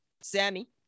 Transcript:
Sammy